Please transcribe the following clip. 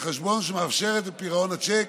בחשבון שמאפשרת את פירעון הצ'ק,